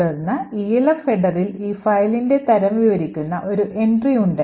തുടർന്ന് ELF ഹെഡറിൽ ഈ ഫയലിന്റെ തരം വിവരിക്കുന്ന ഒരു എൻട്രി ഉണ്ട്